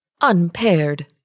Unpaired